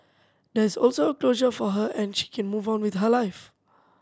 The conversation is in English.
there is also closure for her and she can move on with her life